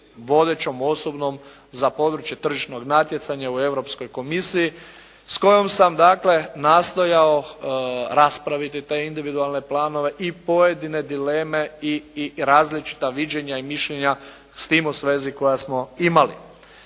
vodećom osobom za područje tržišnog natjecanja u Europskoj komisiji s kojom sam dakle nastojao raspraviti te individualne planove i pojedine dileme i različita viđenja i mišljenja s tim u svezi koja smo imali.